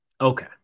Okay